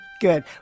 Good